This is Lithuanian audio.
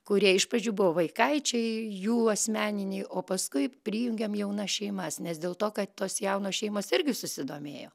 kurie iš pradžių buvo vaikaičiai jų asmeniniai o paskui prijungėm jaunas šeimas nes dėl to kad tos jaunos šeimos irgi susidomėjo